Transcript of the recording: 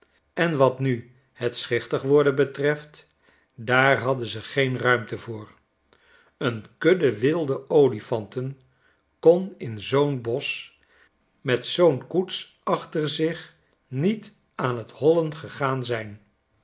en wat nu het schichtig worden betreft daar hadden ze geen ruimte voor een kudde wilde olifanten kon in zoo'n bosch met zoo'n koets achter zich niet aan t hollen gegaan zijn